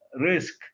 risk